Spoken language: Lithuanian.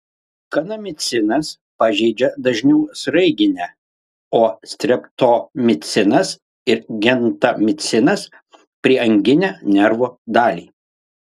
kanamicinas pažeidžia dažniau sraiginę o streptomicinas ir gentamicinas prieanginę nervo dalį